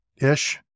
ish